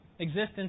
Existence